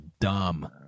dumb